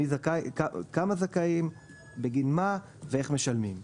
כמה זכאים, בגין מה ואיך משלמים.